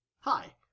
Hi